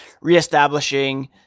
reestablishing